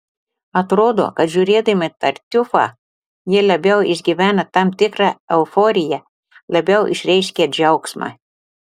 atrodo kad žiūrėdami tartiufą jie labiau išgyvena tam tikrą euforiją labiau išreiškia džiaugsmą